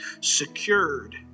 secured